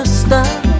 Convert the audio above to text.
stop